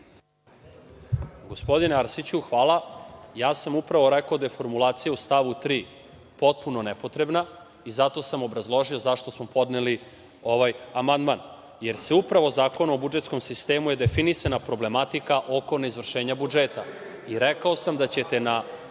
Gospodine Arsiću, hvala. Ja sam upravo rekao da je formulacija u stavu 3. potpuno nepotrebna i zato sam obrazložio zašto smo podneli ovaj amandman, jer je upravo Zakonom o budžetskom sistemu definisana problematika oko neizvršenja budžeta. Rekao sam da ćete na